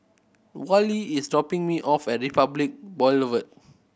Wally is dropping me off at Republic Boulevard